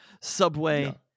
subway